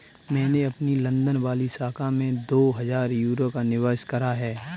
मैंने अपनी लंदन वाली शाखा में दो हजार यूरो का निवेश करा है